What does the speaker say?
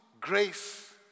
grace